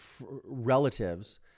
relatives